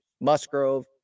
Musgrove